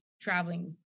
traveling